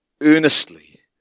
earnestly